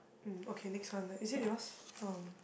mm okay next one ah is it yours um